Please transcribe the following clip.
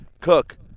Cook